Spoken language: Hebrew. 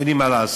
אין לי מה לעשות?